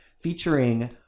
featuring